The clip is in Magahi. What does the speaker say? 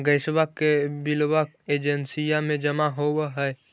गैसवा के बिलवा एजेंसिया मे जमा होव है?